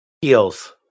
Heels